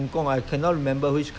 live together with the